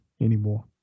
anymore